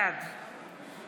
בעד